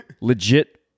Legit